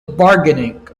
bargaining